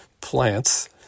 plants